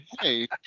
Hey